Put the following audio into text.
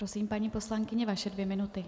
Prosím, paní poslankyně, vaše dvě minuty.